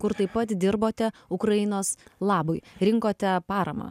kur taip pat dirbote ukrainos labui rinkote paramą